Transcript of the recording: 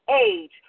age